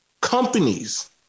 companies